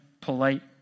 polite